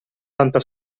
tanta